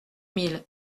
mille